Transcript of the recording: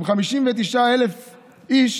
עם 59,000 איש,